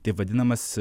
taip vadinamas